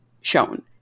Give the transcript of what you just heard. shown